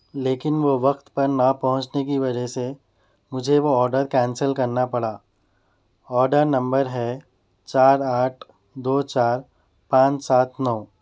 لیکن وہ وقت پر نہ پہنچنے کی وجہ سے مجھے وہ آرڈر کینسل کرنا پڑا اوڈر نمبر ہے چار آٹھ دو چار پانچ سات نو